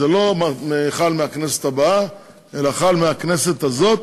זה לא חל מהכנסת הבאה אלא חל מהכנסת הזאת.